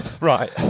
Right